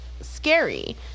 scary